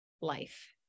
life